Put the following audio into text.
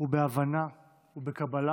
ובהבנה ובקבלה